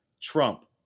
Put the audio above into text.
Trump